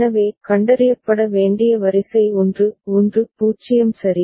எனவே கண்டறியப்பட வேண்டிய வரிசை 1 1 0 சரி